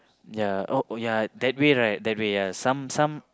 ya oh ya that way right some some